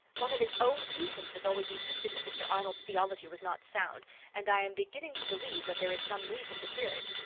one of his own deacons has always insisted that mr. arnold's theology was not sound and i am beginning to believe that there is some reason to fear it.